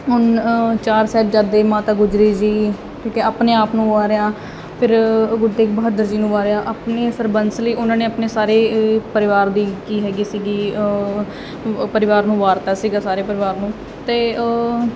ਉਨ ਚਾਰ ਸਾਹਿਬਜ਼ਾਦੇ ਮਾਤਾ ਗੁਜਰੀ ਜੀ ਅਤੇ ਆਪਣੇ ਆਪ ਨੂੰ ਵਾਰਿਆ ਫਿਰ ਗੁਰੂ ਤੇਗ ਬਹਾਦਰ ਜੀ ਨੂੰ ਵਾਰਿਆ ਆਪਣੇ ਸਰਬੰਸ ਲਈ ਉਹਨਾਂ ਨੇ ਆਪਣੇ ਸਾਰੇ ਪਰਿਵਾਰ ਦੀ ਕੀ ਹੈਗੀ ਸੀਗੀ ਪਰਿਵਾਰ ਨੂੰ ਵਾਰਤਾ ਸੀਗਾ ਸਾਰੇ ਪਰਿਵਾਰ ਨੂੰ ਅਤੇ